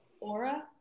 aura